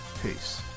Peace